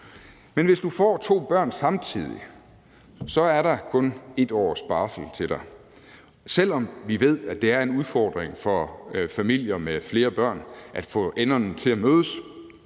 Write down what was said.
men hvis du får to børn samtidig, så er der kun 1 års barsel til dig. Selv om vi ved, at det er en udfordring for familier med flere børn at få enderne til at mødes,